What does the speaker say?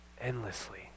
endlessly